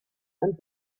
and